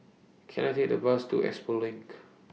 Can I Take A Bus to Expo LINK